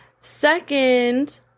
Second